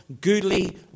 goodly